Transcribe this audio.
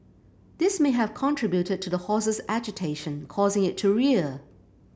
this may have contributed to the horse's agitation causing it to rear